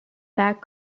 back